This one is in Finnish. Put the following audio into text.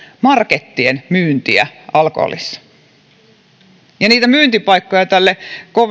markettien alkoholin myyntiä ja niitä myyntipaikkoja näille